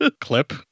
Clip